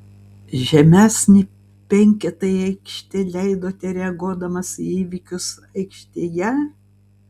žemesnį penketą į aikštę leidote reaguodamas į įvykius aikštėje